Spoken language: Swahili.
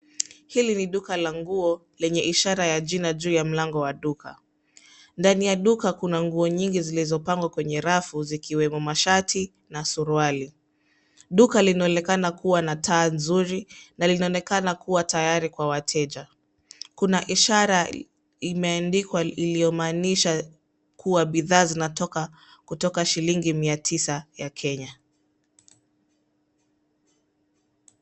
Hili ni duka la nguo lenye ishara ya jina juu ya mlango wa duka. Ndani ya duka kuna nguo nyingi zilizopangwa kwenye rafu zikiwemo mashati na suruali. Duka linaonekana kuwa na taa nzuri na linaonekana kuwa tayari kwa wateja. Kuna ishara imeandikwa iliyomaanisha kuwa bidhaa zinatoka kutoka shilingi mia tisa ya Kenya.